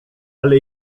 ale